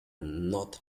not